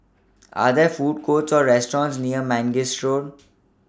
Are There Food Courts Or restaurants near Mangis Road